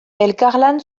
elkarlan